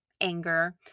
anger